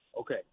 Okay